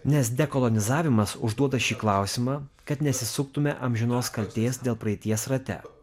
nes dekolonizavimas užduoda šį klausimą kad nesisuktume amžinos kaltės dėl praeities rate